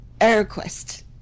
Airquest